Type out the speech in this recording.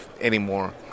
anymore